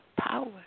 power